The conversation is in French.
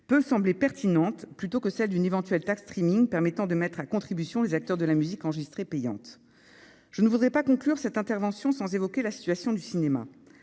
peut sembler pertinente plutôt que celle d'une éventuelle taxe streaming permettant de mettre à contribution les acteurs de la musique enregistrée payante, je ne voudrais pas conclure cette intervention sans évoquer la situation du cinéma,